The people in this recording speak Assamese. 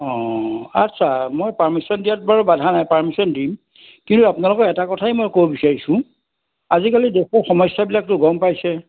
অঁ আচ্ছা মই পাৰ্মিশ্যন দিয়াত বাৰু বাধা নাই পাৰ্মিশ্যন দিম কিন্তু আপোনালোকক এটা কথাই মই ক'ব বিচাৰিছোঁ আজিকালি দেশৰ সমস্যাবিলাকটো গম পাইছে